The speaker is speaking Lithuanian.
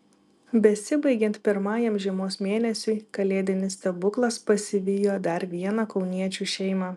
besibaigiant pirmajam žiemos mėnesiui kalėdinis stebuklas pasivijo dar vieną kauniečių šeimą